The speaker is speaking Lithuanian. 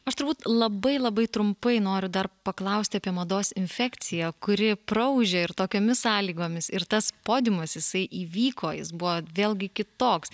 aš turbūt labai labai trumpai noriu dar paklausti apie mados infekciją kuri praūžė ir tokiomis sąlygomis ir tas podiumas jisai įvyko jis buvo vėlgi kitoks